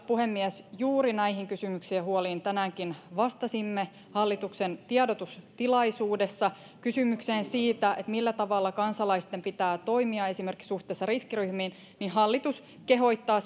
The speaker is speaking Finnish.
puhemies juuri näihin kysymyksiin ja huoliin tänäänkin vastasimme hallituksen tiedotustilaisuudessa mitä tulee kysymykseen siitä millä tavalla kansalaisten pitää toimia esimerkiksi suhteessa riskiryhmiin niin hallitus kehottaa